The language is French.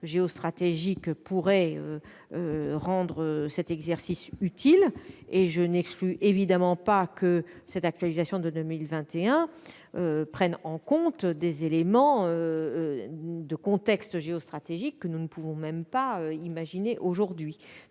géostratégique pourrait rendre cet exercice utile -, et je n'exclus évidemment pas que cette actualisation de 2021 prenne en compte des éléments de contexte géostratégique que nous ne pouvons même pas imaginer aujourd'hui.